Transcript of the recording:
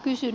kysyn